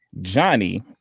Johnny